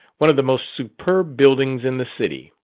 one of the most superb buildings in the city.